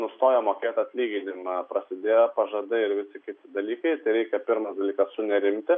nustojo mokėti atlyginimą prasidėjo pažadai ir kiti dalykai tai reikia pirmas dalykas sunerimti